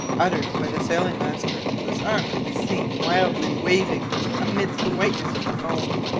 uttered by the sailing-master, whose arm could be seen wildly waving amid the whiteness of the foam.